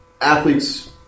athletes